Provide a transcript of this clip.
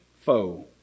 foe